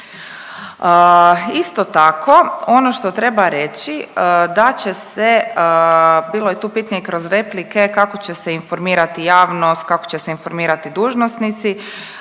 Isto tako, ono što treba reći da će se, bilo je tu pitanje kroz replike, kako će se informirati javnost, kako će se informirati dužnosnici,